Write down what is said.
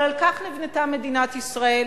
אבל על כך נבנתה מדינת ישראל.